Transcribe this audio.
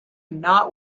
not